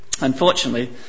Unfortunately